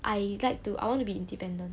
I like to I want to be independent